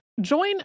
Join